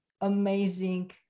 amazing